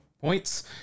points